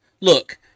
look